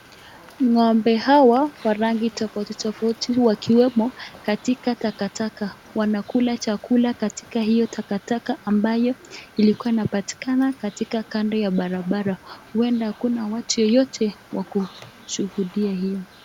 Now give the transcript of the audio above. Ng'ombe hawa wa rangi tofauti tofauti wakiwemo katika takataka wanakula chakula katika hiyo takataka ambayo ilikuwa inapatikana katika kando ya barabara huenda hakuna watu yoyote wa kushuhudia hiyo.